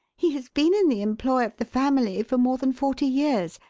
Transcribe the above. he has been in the employ of the family for more than forty years.